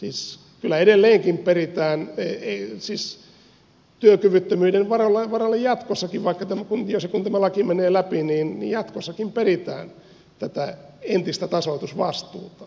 siis kyllä edelleenkin peritään työkyvyttömyyden varalta jatkossakin jos ja kun tämä laki menee läpi tätä entistä tasoitusvastuuta